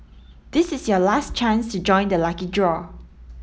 this is your last chance to join the lucky draw